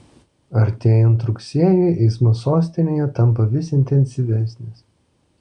artėjant rugsėjui eismas sostinėje tampa vis intensyvesnis